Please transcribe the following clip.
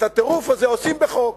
את הטירוף הזה, עושים בחוק.